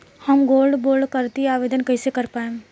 हम gold bond करतिं आवेदन कइसे कर पाइब?